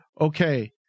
okay